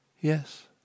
Yes